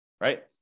Right